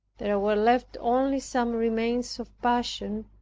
there were left only some remains of passion,